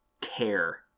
care